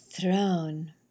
throne